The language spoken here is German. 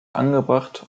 angebracht